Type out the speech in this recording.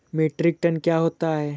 Metric tonne क्या होता है?